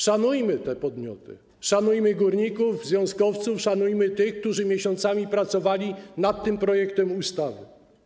Szanujmy te podmioty, szanujmy górników, związkowców, szanujmy tych, którzy miesiącami pracowali nad tym projektem ustawy.